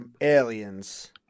aliens